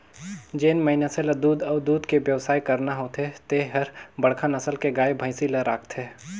जेन मइनसे ल दूद अउ दूद के बेवसाय करना होथे ते हर बड़खा नसल के गाय, भइसी ल राखथे